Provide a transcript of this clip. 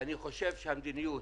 אני חושב שהמדיניות